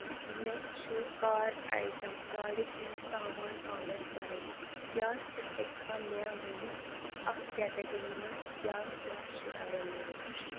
مےٚ چھُ car item گاڑِ ہِنٛدۍ سامان آرڈر کرٕنۍ، کیٛاہ ژٕ ہیٚککھا مےٚ ونِتھ اَتھ کیٹگری منٛز کیٛاہ کیٛاہ چھُ ایٚولیبٕل